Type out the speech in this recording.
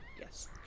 yes